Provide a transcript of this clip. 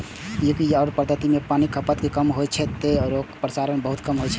चूंकि अय पद्धति मे पानिक खपत कम होइ छै, तें रोगक प्रसार बहुत कम होइ छै